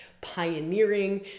pioneering